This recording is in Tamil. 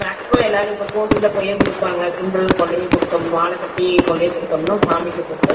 மேஸ்ஸிமம் எல்லோரும் இப்போ கோவிலில் போய் கொடுப்பாங்க பொங்கல் கொண்டை போய் கொடுக்கம்ணும் மாலை கட்டி கொண்டு போய் கொடுக்கம்னா சாமிக்க போட்டு